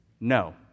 No